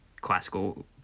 classical